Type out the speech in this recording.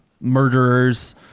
murderers